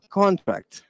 contract